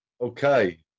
Okay